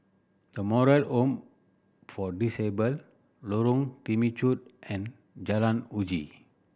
The Moral Home for Disabled Lorong Temechut and Jalan Uji